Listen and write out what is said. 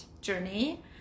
journey